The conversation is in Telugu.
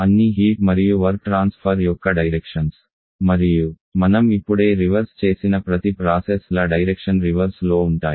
అన్ని హీట్ మరియు వర్క్ ట్రాన్స్ఫర్ యొక్క డైరెక్షన్స్ మరియు మనం ఇప్పుడే రివర్స్ చేసిన ప్రతి ప్రాసెస్ ల డైరెక్షన్ రివర్స్ లో ఉంటాయి